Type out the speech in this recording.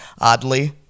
Oddly